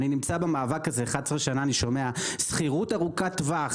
אני נמצא במאבק הזה 11 שנה ושומע "שכירות ארוכת טווח".